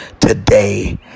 today